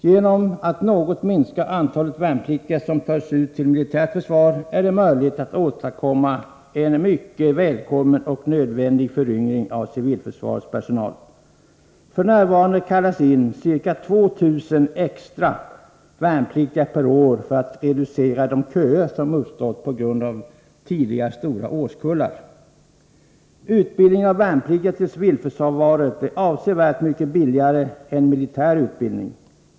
Genom att något minska det antal värnpliktiga som tas ut till militärt försvar är det möjligt att åstadkomma en mycket välkommen och nödvändig föryngring av civilförsvarets personal. F.n. inkallas ca 2 000 ”extra” värnpliktiga per år för att reducera de köer som uppstått på grund av tidigare stora årskullar. Utbildning av värnpliktiga till civilförsvaret är avsevärt mycket billigare än militär utbildning.